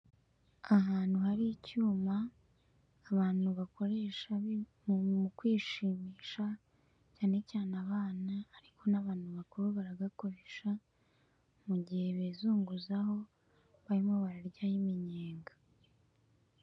Ahantu hari icyuma abantu bakoresha mu kwishimisha cyane cyane abana, ariko n'abantu bakuru baragakoresha, mu gihe bizunguzaho barimo bararya iminyenga.